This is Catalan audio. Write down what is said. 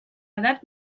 edat